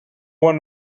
one